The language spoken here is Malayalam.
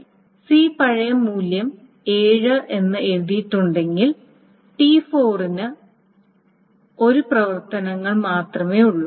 C പഴയ മൂല്യം 7 എന്ന് എഴുതിയിട്ടുണ്ടെങ്കിൽ T4 ന് 1 പ്രവർത്തനങ്ങൾ മാത്രമേയുള്ളൂ